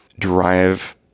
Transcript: drive